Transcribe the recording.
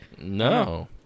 No